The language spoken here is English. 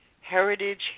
heritage